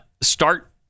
start